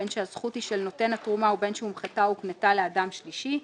בין שהזכות היא של נותן התרומה ובין שהומחתה או הוקנתה לאדם שלישי,